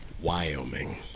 Wyoming